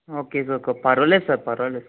okay sir పర్వాలేదు sir పర్వాలేదు